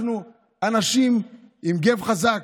אנחנו אנשים עם גֵּו חזק.